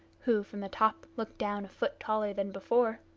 who from the top looked down a foot taller than before.